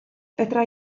fedra